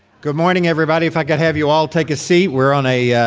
good morning everybody, if i could have you all take a seat, we're on a,